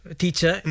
teacher